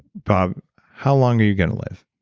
bob, how long are you going to live?